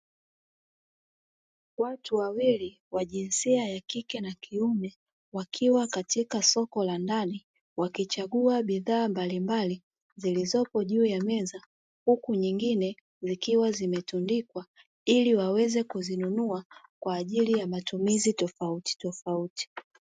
Watu wawili wa jinsia ya kike na kiume, wakiwa katika soko la ndani, wakichagua bidhaa mbalimbali zilizopo juu ya meza, huku nyingine zimetundikwa ili waweze kuzinunua kwa ajili ya matumizi tofauti tofauti.